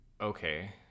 okay